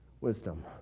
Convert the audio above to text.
wisdom